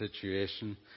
situation